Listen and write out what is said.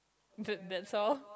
that that's all